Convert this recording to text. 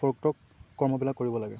কৰ্মবিলাক কৰিব লাগে